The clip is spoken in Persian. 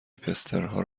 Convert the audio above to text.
هیپسترها